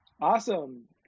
Awesome